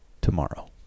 tomorrow